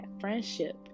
friendship